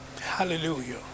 Hallelujah